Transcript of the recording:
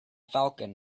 falcon